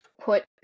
put